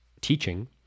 teaching